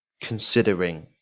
considering